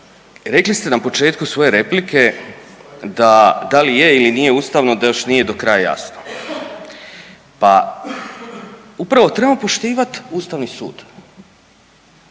Rekli ste na početku svoje replike, da da li je ili nije ustavno da još nije dokraja jasno. Pa upravo trebamo poštivat Ustavni sud.